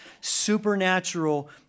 supernatural